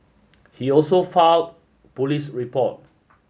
he also filed police report